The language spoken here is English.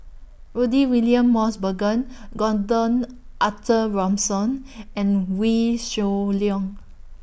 Rudy William Mosbergen Gordon Arthur Ransome and Wee Shoo Leong